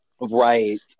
Right